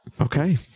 okay